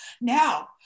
Now